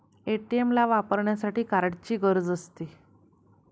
ATM ला वापरण्यासाठी कार्डची गरज असते